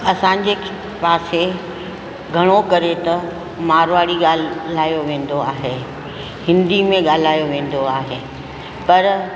असांजे पासे घणो करे त मारवाड़ी ॻाल्हायो वेंदो आहे हिंदी में ॻाल्हायो वेंदो आहे पर